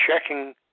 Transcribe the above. checking